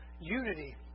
unity